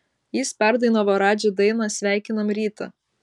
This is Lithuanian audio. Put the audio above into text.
jis perdainavo radži dainą sveikinam rytą